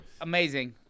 Amazing